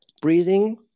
Breathing